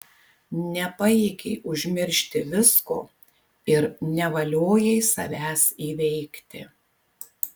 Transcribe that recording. nepajėgei užmiršti visko ir nevaliojai savęs įveikti